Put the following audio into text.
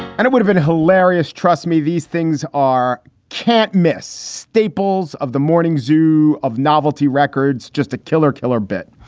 and it would've been hilarious. trust me, these things are can't miss staples of the morning zoo of novelty records, just a killer killer bit.